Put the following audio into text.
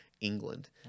England